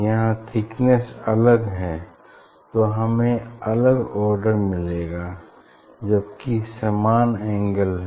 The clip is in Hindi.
यहाँ थिकनेस अलग है तो हमें अलग आर्डर मिलेगा जबकि समान एंगल है